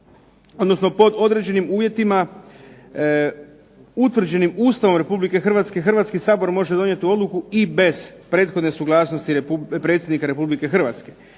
pod određenim uvjetima. Utvrđenim Ustavom Republike Hrvatske Hrvatski sabor može donijeti odluku i bez prethodne suglasnosti predsjednika Republike Hrvatske.